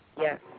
Yes